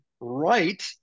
right